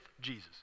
Jesus